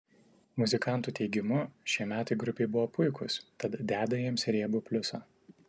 muzikantų teigimu šie metai grupei buvo puikūs tad deda jiems riebų pliusą